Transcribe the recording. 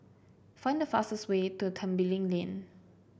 find the fastest way to Tembeling Lane